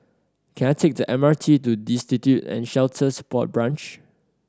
can I take the M R T to Destitute and Shelter Support Branch